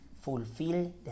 Fulfill